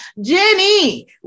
Jenny